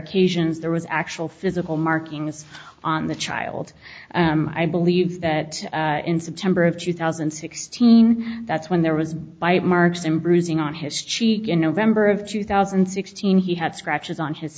occasions there was actual physical markings on the child i believe that in september of two thousand and sixteen that's when there was bite marks and bruising on his cheek in november of two thousand and sixteen he had scratches on his